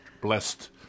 blessed